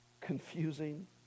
confusing